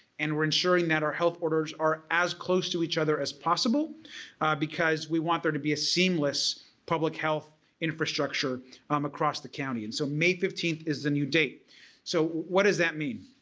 and we're ensuring that our health orders are as close to each other as possible because we want there to be a seamless public health infrastructure um across the county and so may fifteenth is a new date so what does that mean?